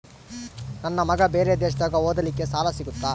ನನ್ನ ಮಗ ಬೇರೆ ದೇಶದಾಗ ಓದಲಿಕ್ಕೆ ಸಾಲ ಸಿಗುತ್ತಾ?